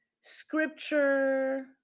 scripture